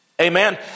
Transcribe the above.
Amen